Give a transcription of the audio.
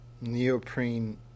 neoprene